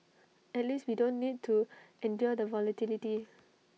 at least we don't need to endure the volatility